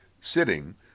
sitting